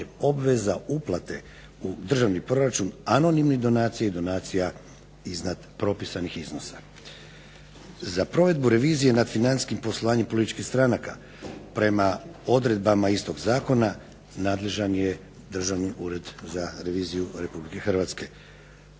obveza uplate u državni proračun anonimnih donacija i donacija iznad propisanih iznosa. Za provedbu revizije nad financijskim poslovanjem političkih stranaka prema odredbama istog Zakona, nadležan je državni ured za reviziju Republike Hrvatske.